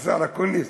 השר אקוניס,